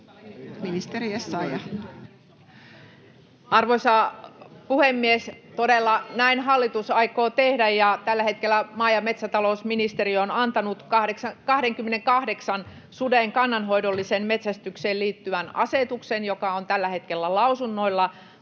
Arvoisa puhemies! Todella näin hallitus aikoo tehdä, ja tällä hetkellä maa- ja metsätalousministeriö on antanut 28 suden kannanhoidolliseen metsästykseen liittyvän asetuksen, joka on tällä hetkellä lausunnoilla